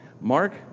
Mark